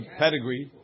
pedigree